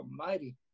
Almighty